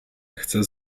chcę